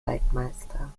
waldmeister